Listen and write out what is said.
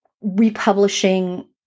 republishing